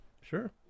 sure